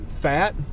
fat